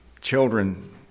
children